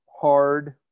hard